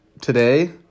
today